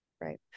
Right